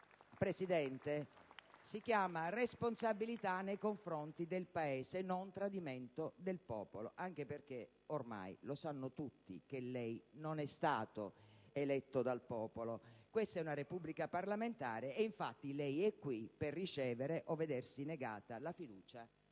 Presidente, responsabilità nei confronti del Paese e non tradimento del popolo, anche perché ormai lo sanno tutti che lei non è stato eletto dal popolo. Questa è una Repubblica parlamentare. Lei è qui per ricevere o vedersi negata la fiducia